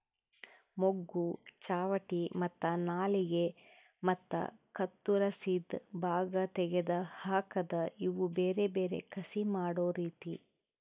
ಮೊಗ್ಗು, ಚಾವಟಿ ಮತ್ತ ನಾಲಿಗೆ ಮತ್ತ ಕತ್ತುರಸಿದ್ ಭಾಗ ತೆಗೆದ್ ಹಾಕದ್ ಇವು ಬೇರೆ ಬೇರೆ ಕಸಿ ಮಾಡೋ ರೀತಿ